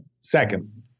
Second